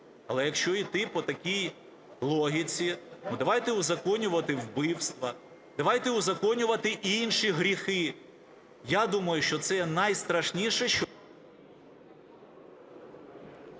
Але якщо іти по такій логіці, ну, давайте узаконювати вбивства, давайте узаконювати інші гріхи. Я думаю, що це найстрашніше, що...